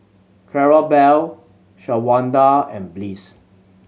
Clarabelle Shawanda and Bliss